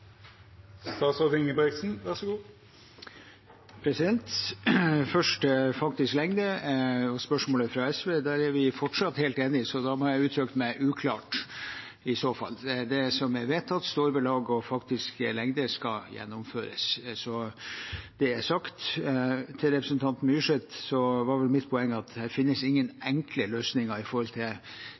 vi fortsatt helt enig, så da må jeg i så fall ha uttrykt meg uklart. Det som er vedtatt, står ved lag, og faktisk lengde skal gjennomføres. Så er det sagt. Til representanten Myrseth var mitt poeng at det finnes ingen enkle løsninger med tanke på det som egentlig alle her i salen ønsker å få til,